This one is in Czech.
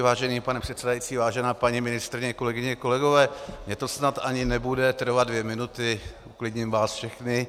Vážený pane předsedající, vážená paní ministryně, kolegyně, kolegové, mně to snad ani nebude trvat dvě minuty, uklidním vás všechny.